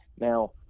Now